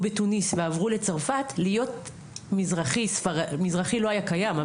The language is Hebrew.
בתוניס ועברו לצרפת להיות מזרחי לא היה קיים,